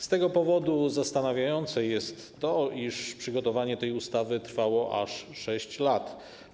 Z tego powodu zastanawiające jest to, iż przygotowanie tej ustawy trwało aż 6 lat.